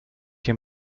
hier